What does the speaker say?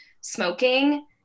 smoking